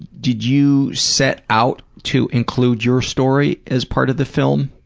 did you set out to include your story as part of the film?